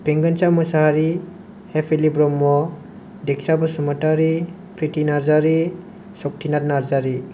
बेंगोनसा मोसाहारि हेफेलि ब्रह्म दिगसा बसुमतारी फ्रिथि नार्जारी सगथिनाथ नार्जारी